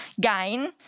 gain